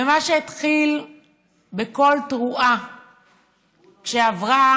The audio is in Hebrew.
ומה שהתחיל בקול תרועה כשעברה,